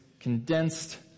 condensed